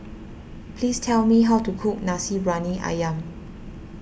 please tell me how to cook Nasi Briyani Ayam